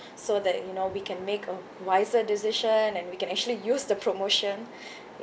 so that you know we can make a wiser decision and we can actually use the promotion